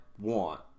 want